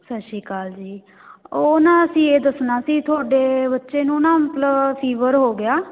ਸਤਿ ਸ਼੍ਰੀ ਅਕਾਲ ਜੀ ਉਹ ਨਾ ਅਸੀਂ ਇਹ ਦੱਸਣਾ ਸੀ ਤੁਹਾਡੇ ਬੱਚੇ ਨੂੰ ਨਾ ਮਤਲਬ ਫੀਵਰ ਹੋ ਗਿਆ